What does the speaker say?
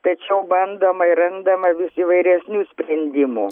tačiau bandoma ir randama vis įvairesnių sprendimų